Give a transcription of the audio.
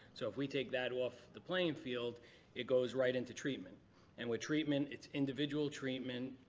so if we take that off the playing field it goes right into treatment and with treatment it's individual treatment,